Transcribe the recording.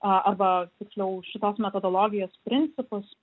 arba tiksliau šitos metodologijos principus